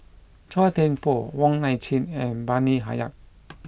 Chua Thian Poh Wong Nai Chin and Bani Haykal